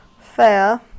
Fair